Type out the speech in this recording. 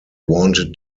wanted